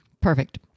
Perfect